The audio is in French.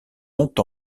ont